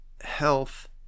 health